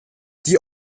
die